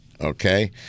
Okay